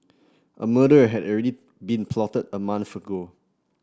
a murder had already been plotted a month ago